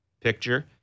picture